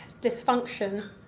dysfunction